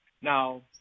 Now